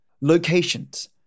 Locations